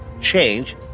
change